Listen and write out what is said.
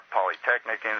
Polytechnic